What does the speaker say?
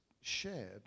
shared